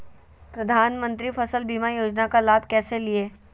प्रधानमंत्री फसल बीमा योजना का लाभ कैसे लिये?